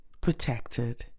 protected